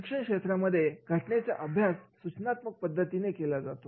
शिक्षण क्षेत्रामध्ये घटनेचा अभ्यासा सूचनात्मक पद्धतीने केला जातो